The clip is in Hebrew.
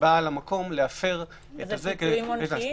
לבעל המקום להפר --- זה פיצויים עונשיים?